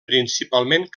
principalment